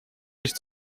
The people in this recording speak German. sich